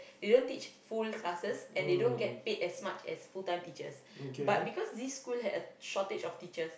they don't teach full classes and they don't get paid as much as full-time teachers but because this school had a shortage of teachers